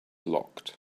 locked